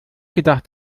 gedacht